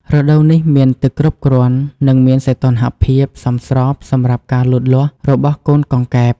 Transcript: រដូវនេះមានទឹកគ្រប់គ្រាន់ និងមានសីតុណ្ហភាពសមស្របសម្រាប់ការលូតលាស់របស់កូនកង្កែប។